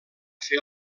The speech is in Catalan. fer